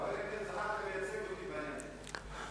חבר הכנסת זחאלקה מייצג אותי בעניין הזה.